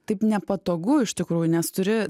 taip nepatogu iš tikrųjų nes turi